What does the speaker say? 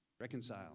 Reconcile